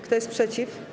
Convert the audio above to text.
Kto jest przeciw?